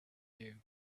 you